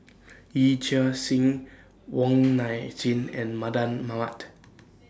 Yee Chia Hsing Wong Nai Chin and Mardan Mamat